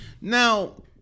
Now